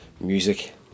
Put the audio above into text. music